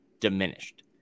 diminished